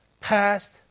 past